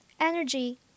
energy